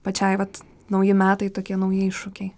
pačiai vat nauji metai tokie nauji iššūkiai